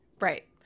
Right